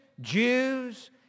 Jews